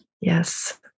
Yes